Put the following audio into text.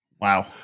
Wow